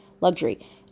luxury